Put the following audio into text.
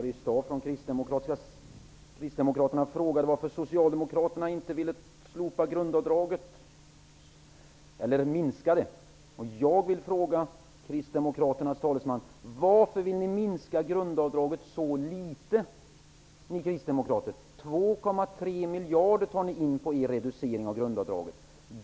Herr talman! Kristdemokraten Harry Staaf frågade varför Socialdemokraterna inte ville slopa eller minska grundavdraget. Jag vill fråga kristdemokraternas talesman: Varför vill kristdemokraterna minska grundavdraget med så litet? 2,3 miljarder tar ni in på er reducering av grundavdraget.